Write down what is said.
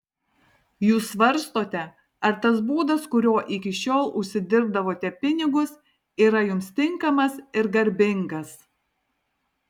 jūs svarstote ar tas būdas kuriuo iki šiol užsidirbdavote pinigus yra jums tinkamas ir garbingas